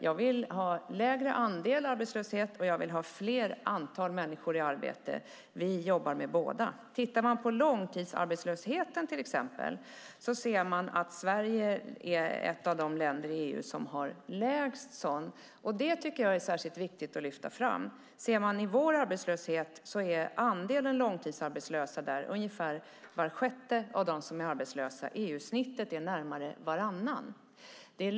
Jag vill ha lägre andel arbetslöshet och större antal människor i arbete. Vi jobbar med båda. Sverige är ett av de länder i EU som har lägst långtidsarbetslöshet. Det är viktigt att lyfta fram. Hos oss är ungefär var sjätte arbetslös långtidsarbetslös; EU-snittet är närmare varannan.